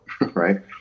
right